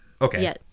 okay